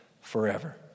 forever